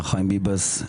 חיים ביבס,